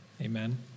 Amen